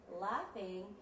laughing